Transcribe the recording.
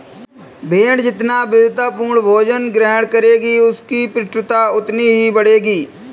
भेंड़ जितना विविधतापूर्ण भोजन ग्रहण करेगी, उसकी पुष्टता उतनी ही बढ़ेगी